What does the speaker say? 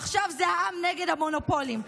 עכשיו זה העם נגד המונופולים.